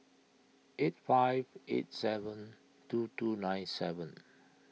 eight five eight seven two two nine seven